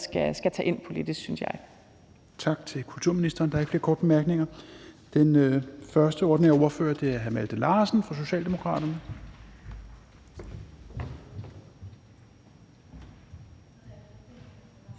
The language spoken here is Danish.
Helveg Petersen): Tak til kulturministeren. Der er ikke flere korte bemærkninger. Den første ordinære ordfører er hr. Malte Larsen fra Socialdemokraterne.